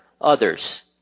others